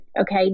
Okay